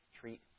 treat